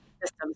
systems